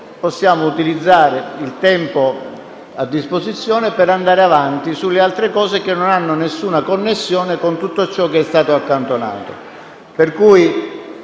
possiamo però utilizzare il tempo a disposizione per andare avanti su altri argomenti che non hanno alcuna connessione con tutto ciò che è stato accantonato.